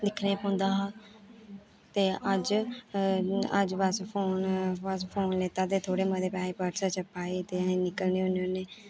दिक्खने पौंदा हा ते अज्ज अज्ज बस फोन बस फोन लैता ते थोह्ड़े मते पैसे पर्सा च पाए ते अहें निकलने होन्ने होन्ने